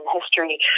history